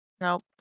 Nope